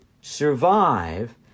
survive